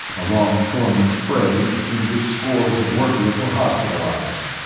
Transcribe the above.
a longshoreman's fray in which scores of workers were hospitalized.